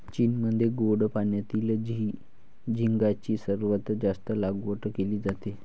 चीनमध्ये गोड पाण्यातील झिगाची सर्वात जास्त लागवड केली जाते